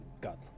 god